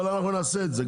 אבל אנחנו נעשה את זה,